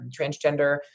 transgender